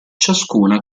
ciascuna